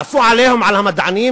עשו "עליהום" על המדענים,